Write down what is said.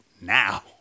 now